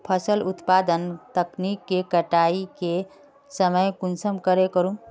फसल उत्पादन तकनीक के कटाई के समय कुंसम करे करूम?